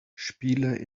spieler